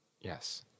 yes